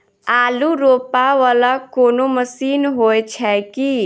आलु रोपा वला कोनो मशीन हो छैय की?